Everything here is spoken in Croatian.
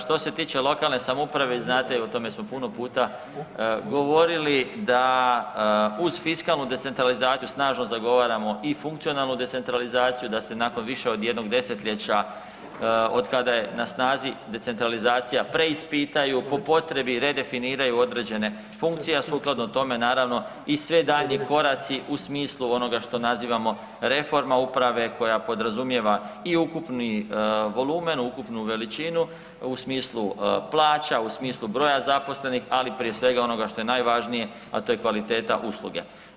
Što se tiče lokalne samouprave znate i o tome smo puno puta govorili da uz fiskalnu decentralizaciju snažno zagovaramo i funkcionalnu decentralizaciju da se nakon više od jednog desetljeća od kada je na snazi decentralizacija preispitaju, po potrebi redefiniraju određene funkcije, a sukladno tome i sve daljnji koraci u smislu onoga što nazivamo reforma uprave koja podrazumijeva i ukupni volumen, ukupnu veličinu u smislu plaća, u smislu broja zaposlenih, ali prije svega onoga što je najvažnije, a to je kvaliteta usluge.